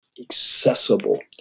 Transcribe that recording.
accessible